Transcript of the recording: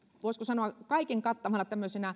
voisiko sanoa kaikenkattava tämmöinen